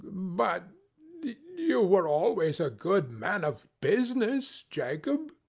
but you were always a good man of business, jacob,